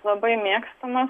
labai mėgstamas